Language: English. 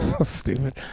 Stupid